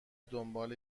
دنبال